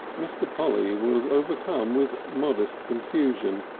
mr. polly was overcome with modest confusion,